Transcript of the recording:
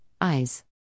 eyes